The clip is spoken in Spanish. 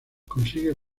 consigue